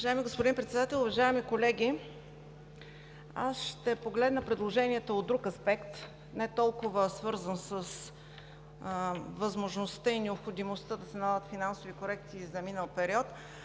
Уважаеми господин Председател, уважаеми колеги! Аз ще погледна предложението от друг аспект не толкова свързан с възможността и необходимостта да се налагат финансови корекции за минал период,